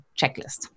checklist